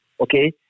okay